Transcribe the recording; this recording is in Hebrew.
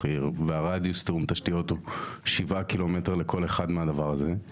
עיר ורדיוס תיאום תשתיות הוא 7 ק"מ לכל אחד מהדבר הזה,